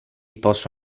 posso